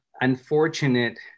unfortunate